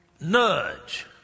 Nudge